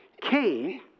Cain